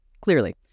Clearly